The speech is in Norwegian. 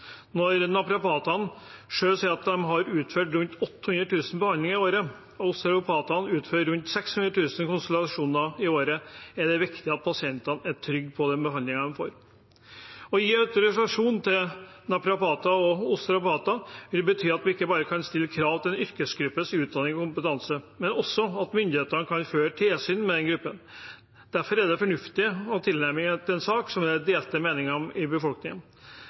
Når naprapatene selv sier at de utfører 800 000 behandlinger i året, og osteopatene utfører rundt 600 000 konsultasjoner i året, er det viktig at pasientene er trygge på den behandlingen de får. Å gi autorisasjon til naprapater og osteopater vil bety at vi ikke bare kan stille krav til en yrkesgruppes utdanning og kompetanse, men også at myndighetene kan føre tilsyn med den gruppen. Derfor er det en fornuftig tilnærming til en sak som det er delte meninger om i befolkningen.